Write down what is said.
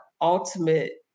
ultimate